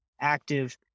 active